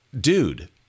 dude